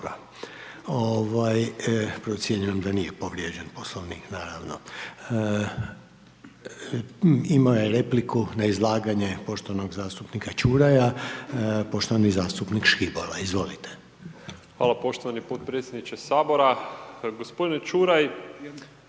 Hvala poštovani potpredsjedniče Sabora.